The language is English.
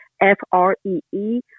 F-R-E-E